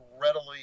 readily